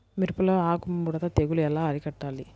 మిరపలో ఆకు ముడత తెగులు ఎలా అరికట్టాలి?